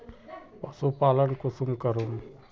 पशुपालन कुंसम करूम?